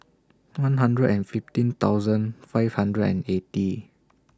one hundred and fifteen thousand five hundred and eighty